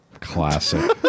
Classic